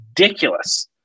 ridiculous